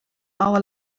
hour